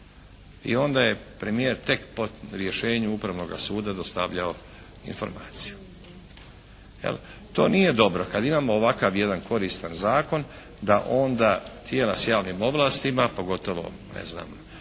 I onda je premijer tek po rješenju Upravnoga suda dostavljao informaciju, jel'. To nije dobro kad imamo ovakav jedan koristan zakon da onda tijela s javnim ovlastima pogotovo ne znam,